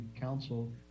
council